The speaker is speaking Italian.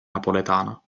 napoletana